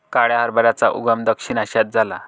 काळ्या हरभऱ्याचा उगम दक्षिण आशियात झाला